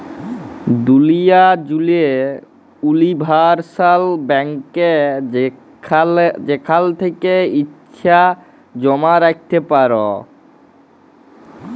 দুলিয়া জ্যুড়ে উলিভারসাল ব্যাংকে যেখাল থ্যাকে ইছা জমা রাইখতে পারো